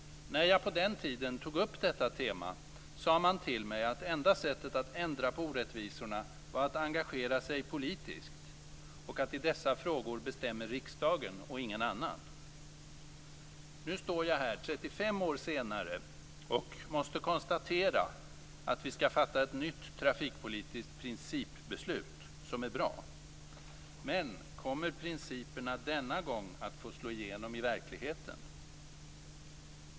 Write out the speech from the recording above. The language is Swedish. När jag på den tiden tog upp detta tema sade man till mig att enda sättet att ändra på orättvisorna var att engagera sig politiskt och att i dessa frågor bestämmer riksdagen och ingen annan. Nu står jag här 35 år senare och måste konstatera att vi skall fatta ett nytt trafikpolitiskt principbeslut, som är bra. Men kommer principerna denna gång att få slå igenom i verkligheten?